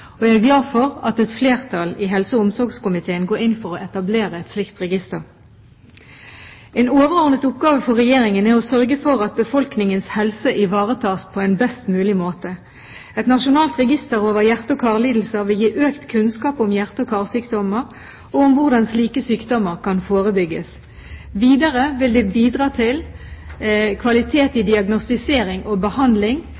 Jeg er glad for at et flertall i helse- og omsorgskomiteen går inn for å etablere et slikt register. En overordnet oppgave for Regjeringen er å sørge for at befolkningens helse ivaretas på en best mulig måte. Et nasjonalt register over hjerte- og karlidelser vil gi økt kunnskap om hjerte- og karsykdommer og om hvordan slike sykdommer kan forebygges. Videre vil det bidra til kvalitet